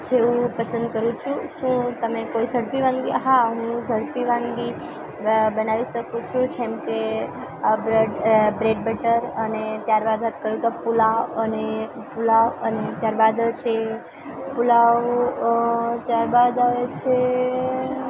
જે હું પસંદ કરું છું શું તમે કોઈ સડપી વાનગી હા ઝડપી વાનગી અ બનાવી શકું છું જેમકે બ્રેડ બ્રેડ બટર અને ત્યારબાદ વાત કરું તો પુલાવ અને પુલાવ અને ત્યારબાદ છે પુલાવ ત્યારબાદ આવે છે